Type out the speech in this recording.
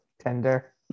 tender